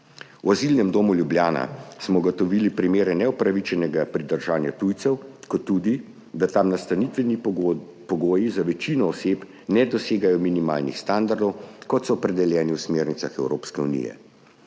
V Azilnem domu v Ljubljani smo ugotovili primere neupravičenega pridržanja tujcev kot tudi to, da tam nastanitveni pogoji za večino oseb ne dosegajo minimalnih standardov, kot so opredeljeni v smernicah Evropske unije.